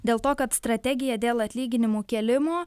dėl to kad strategija dėl atlyginimų kėlimo